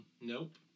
Nope